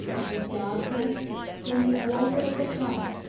it was dark night when he alighted at the khan,